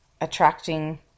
attracting